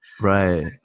Right